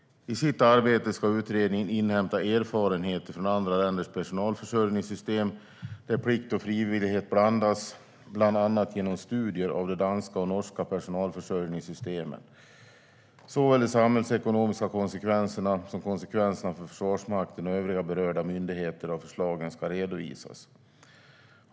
I sitt arbete ska utredningen inhämta erfarenheter från andra länders personalförsörjningssystem där plikt och frivillighet blandats, bland annat genom studier av de danska och norska personalförsörjningssystemen. Såväl de samhällsekonomiska konsekvenserna som konsekvenserna för Försvarsmakten och övriga berörda myndigheter av förslagen ska redovisas.